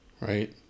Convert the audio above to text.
right